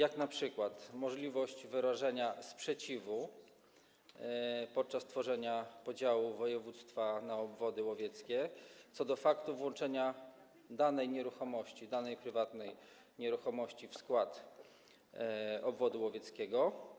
Chodzi np. o możliwość wyrażenia sprzeciwu podczas tworzenia podziału województwa na obwody łowieckie co do faktu włączenia danej nieruchomości, danej prywatnej nieruchomości, w skład obwodu łowieckiego.